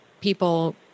people